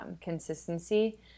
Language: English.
consistency